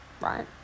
right